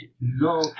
No